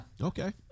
Okay